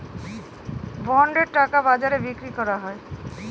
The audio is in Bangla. বন্ডের টাকা বাজারে বিক্রি করা হয়